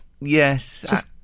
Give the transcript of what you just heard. Yes